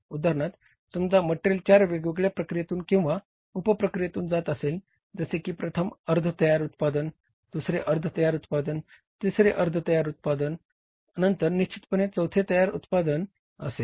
उदाहरणार्थ समजा मटेरिअल चार वेगवेगळ्या प्रक्रियेतून किंवा उप प्रक्रियेतून जात असेल ज़से की प्रथम अर्ध तयार उत्पादन दुसरे अर्ध तयार उत्पादन तिसरे अर्ध तयार उत्पादन नंतर निश्चितपणे चौथे तयार उत्पादन असेल